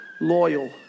loyal